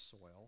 soil